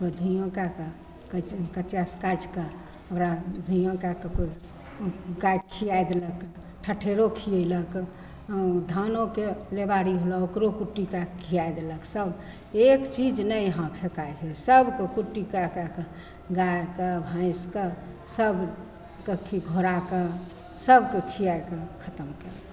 धुइओँ कै के कचिआसे काटिके ओकरा धुइओँ कै के कोइ गाइके खिए देलक ठठेरो खिएलक अँ धानोके लेबारी होलऽ ओकरो कुट्टी काटिके खिए देलक सब एक चीज नहि यहाँ फेकाए छै सबके कुट्टी कै कै के गाइके भैँसके सभके कि घोड़ाके सबके खिएके खतम कएलक